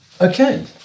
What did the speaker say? Okay